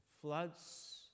floods